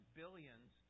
billions